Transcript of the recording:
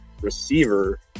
receiver